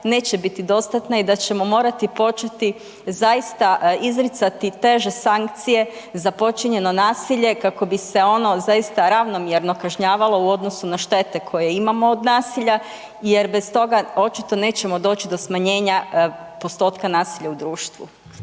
neće biti dostatna i da ćemo morati početi zaista izricati teže sankcije za počinjeno nasilje kako bi se ono zaista ravnomjerno kažnjavalo u odnosu štete koje imamo od nasilja jer bez toga očito nećemo doći do smanjenja postotka nasilja u društvu.